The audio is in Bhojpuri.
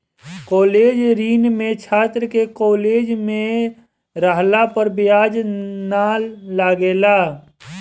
कॉलेज ऋण में छात्र के कॉलेज में रहला पर ब्याज ना लागेला